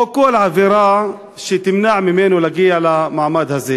או כל עבירה שתמנע ממנו להגיע למעמד הזה.